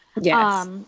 Yes